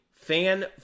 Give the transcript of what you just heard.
fan